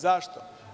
Zašto?